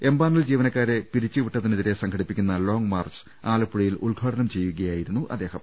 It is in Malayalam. എം പാനൽ ജീവനക്കാരെ പിരിച്ചുവിട്ടതിനെതിരേ സംഘടിപ്പി ക്കുന്ന ലോങ് മാർച്ച് ആലപ്പുഴയിൽ ഉദ്ഘാടനം ചെയ്യുകയായിരുന്നു അദ്ദേഹം